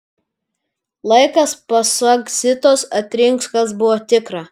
laikas pasak zitos atrinks kas buvo tikra